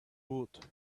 would